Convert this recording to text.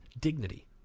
dignity